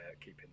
keeping